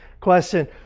Question